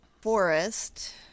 Forest